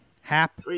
Hap